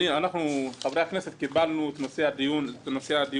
אנחנו, חברי הכנסת, קיבלנו את נושא הדיון היום.